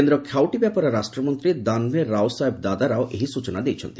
କେନ୍ଦ ଖାଉଟୀ ବ୍ୟାପାର ରାଷ୍ଟମନ୍ତୀ ଦାନ୍ଭେ ରାଓସାହେବ ଦାଦାରାଓ ଏହି ସ୍ଚନା ଦେଇଛନ୍ତି